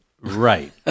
Right